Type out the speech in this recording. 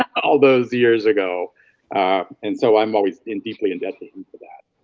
all those years ago and so i'm always in deeply indebted for that